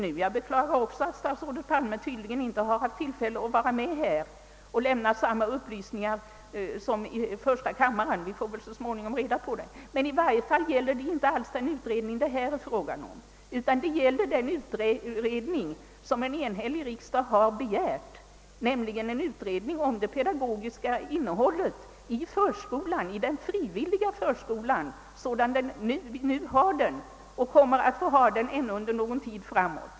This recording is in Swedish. Också jag beklagar att statsrådet Palme inte haft tillfälle att här lämna samma upplysningar som i första kammaren, men vi får väl så småningom reda på vad det gäller. Det är i varje fall inte fråga om den utredning som är aktuell i detta sammanhang utan om en av en enhällig riksdag begärd utredning om det pedagogiska innehållet i den frivilliga förskolan, sådan denna nu är och kommer att förbli ännu någon tid framåt.